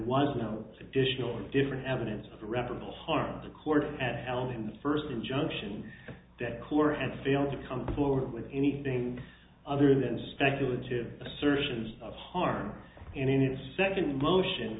was no additional or different evidence of irreparable harm and the court had held in the first injunction that clear and failed to come forward with anything other than speculative assertions of harm and in its second motion